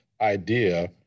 idea